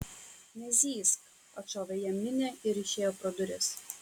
nezyzk atšovė jam minė ir išėjo pro duris